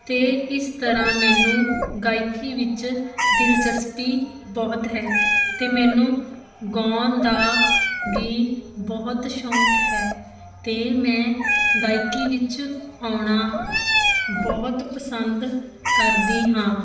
ਅਤੇ ਇਸ ਤਰ੍ਹਾਂ ਮੈਨੂੰ ਗਾਇਕੀ ਵਿੱਚ ਦਿਲਚਸਪੀ ਬਹੁਤ ਹੈ ਅਤੇ ਮੈਨੂੰ ਗਾਉਣ ਦਾ ਵੀ ਬਹੁਤ ਸ਼ੌਂਕ ਹੈ ਅਤੇ ਮੈਂ ਗਾਇਕੀ ਵਿੱਚ ਆਉਣਾ ਬਹੁਤ ਪਸੰਦ ਕਰਦੀ ਹਾਂ